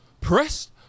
pressed